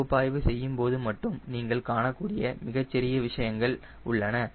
பகுப்பாய்வு செய்யும் போது மட்டும் நீங்கள் காணக்கூடிய மிகச் சிறிய விஷயங்கள் உள்ளன